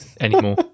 anymore